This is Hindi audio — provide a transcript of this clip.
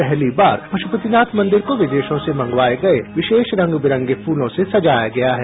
पहली बार पश्पतिनाथ मंदिर को विदेशों से मंगवाए गए विशेष रंग बिरंगे फूलों से सजाया गया है